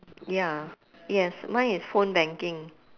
ya yes mine is phone banking